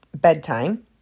bedtime